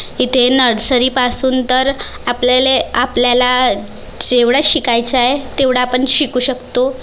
इथे नर्सरीपासून तर आपल्याला आपल्याला जेवढे शिकायचे आहे तेवढे आपण शिकू शकतो